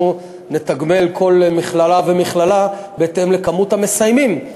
אנחנו נתגמל כל מכללה ומכללה בהתאם למספר המסיימים,